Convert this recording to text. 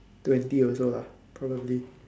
twenty also lah probably